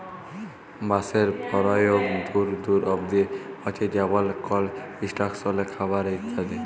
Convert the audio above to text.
বাঁশের পরয়োগ দূর দূর অব্দি হছে যেমল কলস্ট্রাকশলে, খাবারে ইত্যাদি